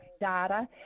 data